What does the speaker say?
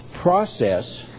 process